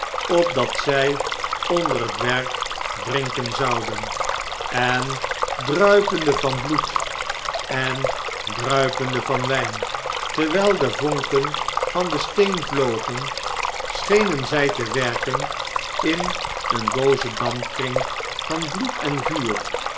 opdat zjj onder het werk drinken zouden en druipende van bloed en druipende van wn'n terwijl de vonken van den steen vlogen schenen zij te werken in een boozen dampkring van bloed en vuur